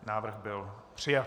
Návrh byl přijat.